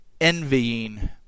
envying